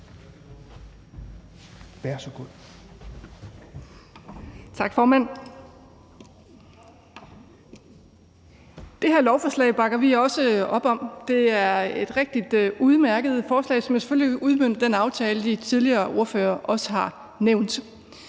er så god